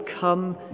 come